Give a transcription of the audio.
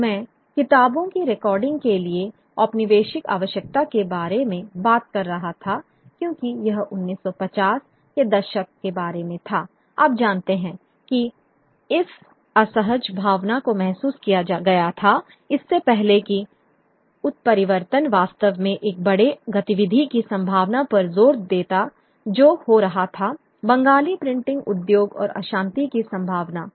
अब मैं किताबों की रिकॉर्डिंग के लिए औपनिवेशिक आवश्यकता के बारे में बात कर रहा था क्योंकि यह 1950 के दशक के बारे में था आप जानते हैं कि इस असहज भावना को महसूस किया गया था इससे पहले कि उत्परिवर्तन वास्तव में एक बड़े गतिविधि की संभावना पर जोर देता जो हो रहा था बंगाली प्रिंटिंग उद्योग और अशांति की संभावना